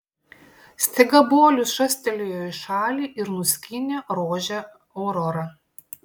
staiga bolius šastelėjo į šalį ir nuskynė rožę aurora